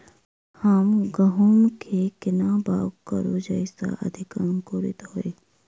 हम गहूम केँ कोना कऽ बाउग करू जयस अधिक अंकुरित होइ?